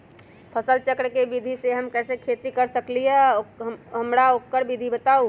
फसल चक्र के विधि से हम कैसे खेती कर सकलि ह हमरा ओकर विधि बताउ?